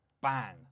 bang